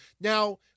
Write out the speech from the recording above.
Now